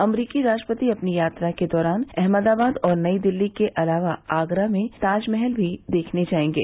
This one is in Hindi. अमरीकी राष्ट्रपति अपनी यात्रा के दौरान अहमदाबाद और नई दिल्ली के अलावा आगरा में ताजमहल देखने भी जाएंगे